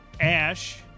Ash